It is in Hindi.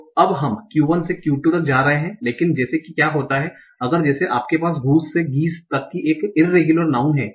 तो अब हम Q1 से Q2 तक जा रहे हैं लेकिन जैसे कि क्या होता है अगर जैसे आपके पास गूस से गीस तक की एक इररेगुलर नाऊन है